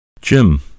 Jim